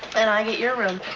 and i get your room.